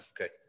Okay